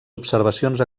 observacions